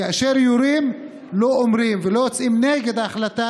כאשר יורים לא אומרים ולא יוצאים נגד ההחלטה,